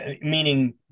meaning